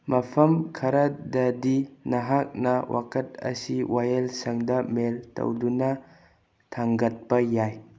ꯃꯐꯝ ꯈꯔꯗꯗꯤ ꯅꯍꯥꯛꯅ ꯋꯥꯀꯠ ꯑꯁꯤ ꯋꯥꯌꯦꯜꯁꯪꯗ ꯃꯦꯜ ꯇꯧꯗꯨꯅ ꯊꯥꯡꯒꯠꯄ ꯌꯥꯏ